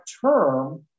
term